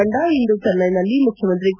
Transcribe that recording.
ತಂಡ ಇಂದು ಚೆನ್ನೈನಲ್ಲಿ ಮುಖ್ಯಮಂತ್ರಿ ಕೆ